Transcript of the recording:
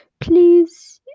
please